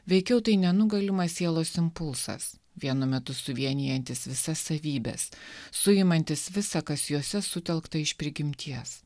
veikiau tai nenugalimas sielos impulsas vienu metu suvienijantis visas savybes suimantis visa kas jose sutelkta iš prigimties